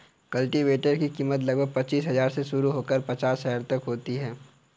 cultivator की कीमत लगभग पचीस हजार से शुरू होकर पचास हजार तक होती है